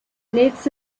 needs